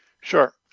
Sure